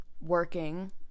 working